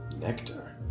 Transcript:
Nectar